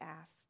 asked